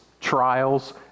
trials